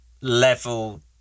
level